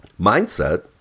mindset